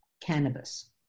cannabis